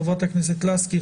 חברת הכנסת לסקי,